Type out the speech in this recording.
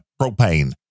propane